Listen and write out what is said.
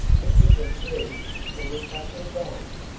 this is a truth for which i can vouch,